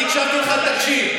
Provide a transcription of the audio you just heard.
אני הקשבתי לך, תקשיב.